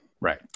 right